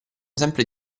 sempre